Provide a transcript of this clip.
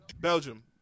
Belgium